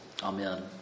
Amen